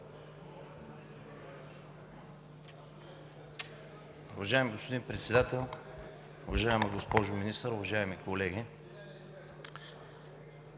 Уважаеми господин Председател, уважаема госпожо Министър, уважаеми колеги!